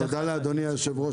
אדוני היושב-ראש,